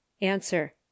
Answer